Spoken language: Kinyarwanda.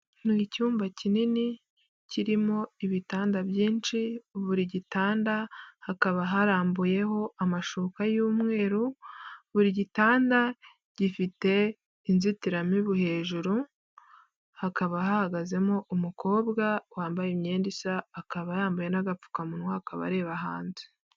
Ni icyumba kinini kirimo ibitanda byinshi buri gitanda hakaba harambuyeho amashuka y'umweru, buri gitanda gifite inzitiramibu hejuru, hakaba hahagazemo umukobwa wambaye imyenda isa, akaba yambaye n'agapfukamunwa akaba areba hanze.